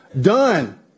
Done